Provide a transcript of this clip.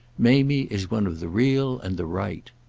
mamie is one of the real and the right.